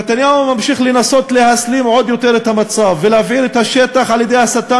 נתניהו ממשיך לנסות להסלים עוד יותר את המצב ולהבעיר את השטח על-ידי הסתה